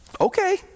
okay